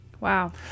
Wow